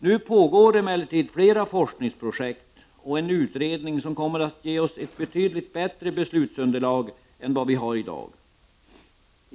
Nu pågår emellertid flera forskningsprojekt och en utredning som kommer att ge oss ett betydligt bättre beslutsunderlag än vad vi har i dag.